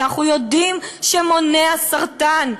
שאנחנו יודעים שהן מונעות סרטן,